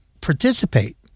participate